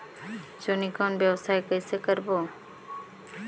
जोणी कौन व्यवसाय कइसे करबो?